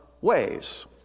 ways